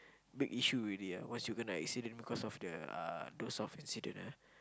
big issue already lah once you kena accident because of the uh doze off incident ah